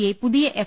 I പുതിയ F